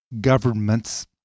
governments—